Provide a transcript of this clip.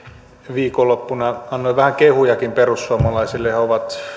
viikonloppuna annoin vähän kehujakin perussuomalaisille he ovat